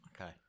Okay